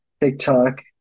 TikTok